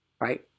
right